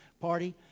party